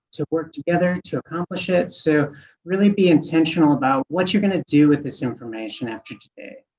to work together to accomplish it. so really be intentional about what you're going to do with this information after today.